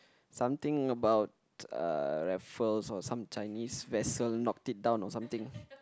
something about uh Raffles or some Chinese western knocked it down or something